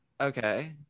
Okay